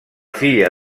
filla